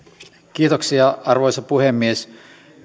kiitoksia arvoisa puhemies